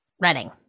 Running